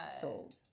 sold